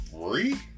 free